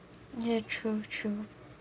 yeah true true